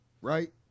right